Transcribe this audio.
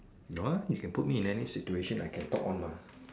no lah you can put me in any situation I can talk one mah